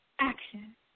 Action